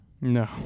No